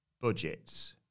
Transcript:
budgets